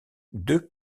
deux